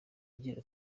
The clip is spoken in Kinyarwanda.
agira